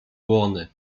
błony